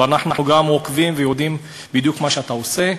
אנחנו גם עוקבים ויודעים בדיוק מה שאתה עושה,